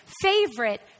favorite